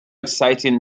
exciting